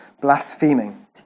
blaspheming